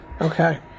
Okay